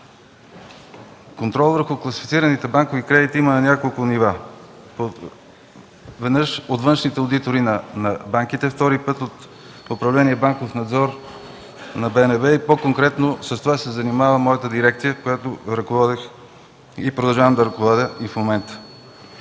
Контрол върху класифицираните банкови кредити има на няколко нива – веднъж, от външните одитори на банките, втори път – от Управление „Банков надзор” на БНБ и по-конкретно с това се занимава дирекцията, която ръководех и продължавам да ръководя в момента.